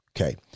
Okay